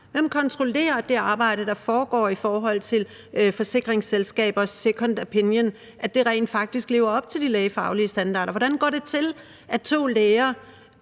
Hvem kontrollerer, at det arbejde, der foregår i forhold til forsikringsselskabers second opinion, rent faktisk lever op til de lægefaglige standarder? Hvordan går det til, at to læger